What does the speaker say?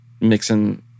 mixing